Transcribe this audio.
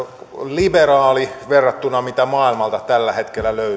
liberaali verrattuna siihen mitä maailmalta tällä hetkellä löytyy